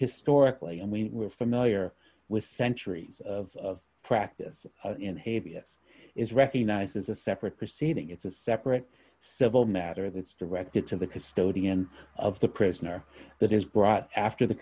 historically and we are familiar with centuries of practice in hay vs is recognized as a separate proceeding it's a separate civil matter that's directed to the custodian of the prisoner that is brought after the